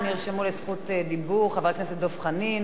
נרשמו לזכות דיבור חברי הכנסת דב חנין,